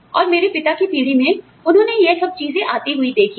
और मेरे पिता की पीढ़ी में उन्होंने यह सब चीजें आती हुई देखी हैं